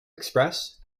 express